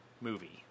movie